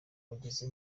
mugezi